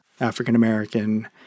African-American